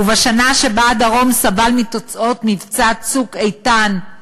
בשנה שבה הדרום סבל מתוצאות מבצע "צוק איתן"